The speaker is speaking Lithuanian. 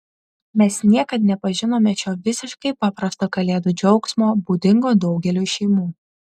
mes niekad nepažinome šio visiškai paprasto kalėdų džiaugsmo būdingo daugeliui šeimų